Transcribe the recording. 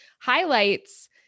highlights